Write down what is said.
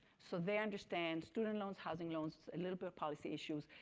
so they understand student loans, housing loans, a little bit of policy issues,